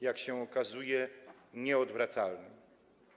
Jak się okazuje - nieodwracalnym.